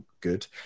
good